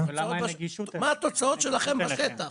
מה התוצאות שלכם בשטח?